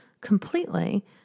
completely